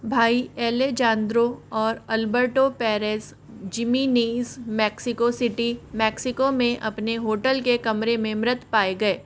भाई एलेजांद्रो और Alberto Perez Jimenez Mexico City Mexico में अपने होटल के कमरे में मृत पाए गए